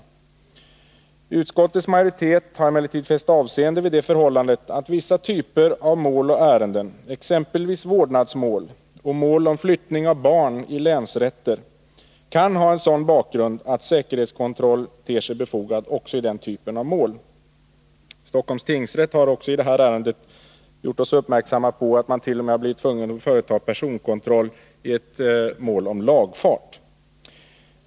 Justitieutskottets majoritet har emellertid fäst avseende vid det förhållandet att vissa typer av mål och ärenden, exempelvis vårdnadsmål och mål i länsrätter om flyttning av barn, kan ha en sådan bakgrund att säkerhetskontroll ter sig befogad också där. Stockholms tingsrätt har i det här ärendet gjort oss uppmärksamma på att man t.o.m. har blivit tvungen att företa personkontroll i ett mål om lagfart.